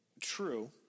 True